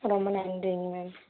ரொம்ப நன்றிங்க மேம்